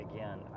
Again